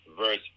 verse